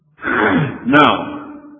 Now